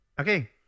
Okay